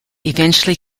eventually